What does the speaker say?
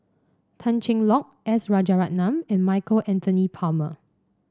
Tan Cheng Lock S Rajaratnam and Michael Anthony Palmer